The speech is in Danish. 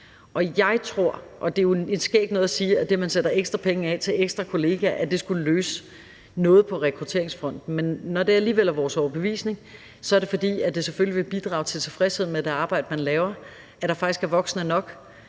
at sige, at det, at man sætter ekstra penge af til ekstra kollegaer, skulle løse noget på rekrutteringsfronten, men når det alligevel er vores overbevisning, er det, fordi det selvfølgelig vil bidrage til tilfredshed med det arbejde, man laver, at der faktisk er voksne nok.